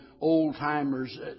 old-timers